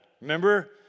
Remember